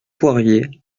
poirier